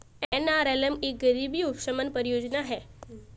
NRLM एक गरीबी उपशमन परियोजना है